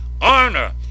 honor